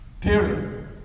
period